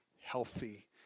healthy